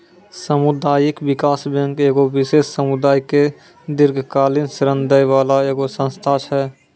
समुदायिक विकास बैंक एगो विशेष समुदाय के दीर्घकालिन ऋण दै बाला एगो संस्था छै